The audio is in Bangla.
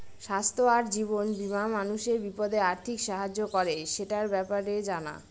স্বাস্থ্য আর জীবন বীমা মানুষের বিপদে আর্থিক সাহায্য করে, সেটার ব্যাপারে জানা